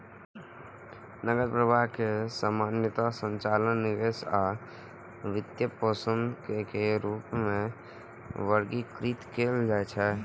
नकद प्रवाह कें सामान्यतः संचालन, निवेश आ वित्तपोषण के रूप मे वर्गीकृत कैल जाइ छै